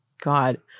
god